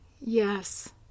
Yes